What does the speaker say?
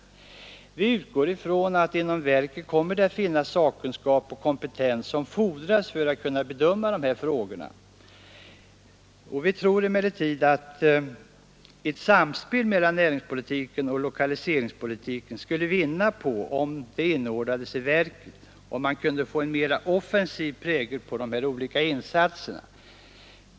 Vi utgår från att inom verket kommer att finnas den sakkunskap och den kompetens som fordras för att man skall kunna bedöma de här frågorna. Vi tror emellertid att ett samspel mellan näringspolitiken och lokaliseringspolitiken skulle vinna på att denna inordnades i verket, så att man kunde få en mera offensiv prägel på de olika insatserna.